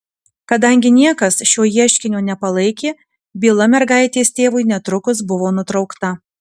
kadangi niekas šio ieškinio nepalaikė byla mergaitės tėvui netrukus buvo nutraukta